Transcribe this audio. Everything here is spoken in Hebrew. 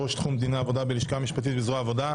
ראש תחום דיני עבודה בלשכה המשפטית בזרוע העבודה,